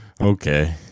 Okay